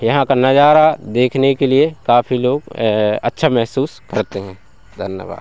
यहाँ का नज़ारा देखने के लिए काफ़ी लोग अच्छा महसूस करते हैं धन्यवाद